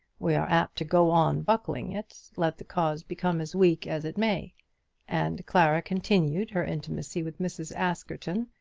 we are apt to go on buckling it, let the cause become as weak as it may and clara continued her intimacy with mrs. askerton,